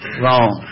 wrong